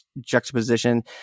juxtaposition